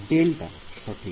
delta সঠিক